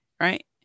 right